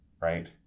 right